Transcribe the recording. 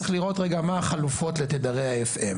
צריך לראות רגע מה החלופות לתדרי ה-FM.